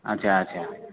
अच्छा अच्छा